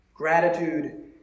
Gratitude